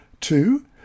Two